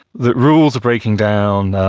that rules are breaking down,